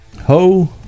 ho